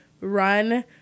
run